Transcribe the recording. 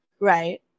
Right